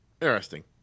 Interesting